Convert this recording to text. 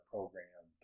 program